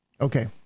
Okay